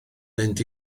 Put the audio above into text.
mynd